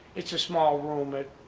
it's a small room that